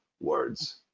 words